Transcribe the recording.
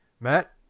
matt